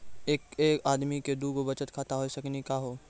एके आदमी के दू गो बचत खाता हो सकनी का हो?